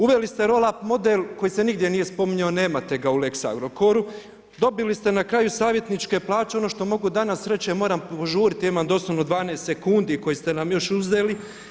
Uveli ste roll-up model koji se nigdje nije spominjao, nemate ga u lex Agrokoru, dobili ste na kraju savjetničke plaće, ono što mogu danas reći, moram požurit jer imam doslovno 12 sekundi koje ste nam još uzeli.